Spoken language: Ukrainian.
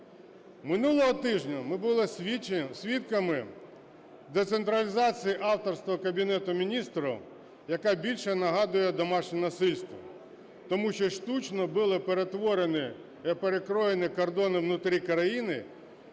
Минулого тижня ми були свідками децентралізації авторства Кабінету Міністрів, яка більше нагадує домашнє насильство, тому що штучно були перетворені… перекроєні кордони внутрі країни